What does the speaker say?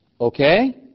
Okay